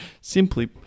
simply